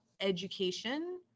education